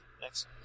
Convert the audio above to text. next